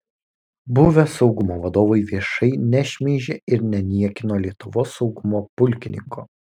buvę saugumo vadovai viešai nešmeižė ir neniekino lietuvos saugumo pulkininko